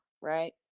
Right